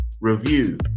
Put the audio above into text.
review